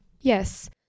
Yes